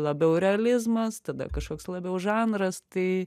labiau realizmas tada kažkoks labiau žanras tai